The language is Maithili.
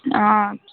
हँ